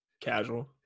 Casual